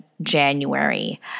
January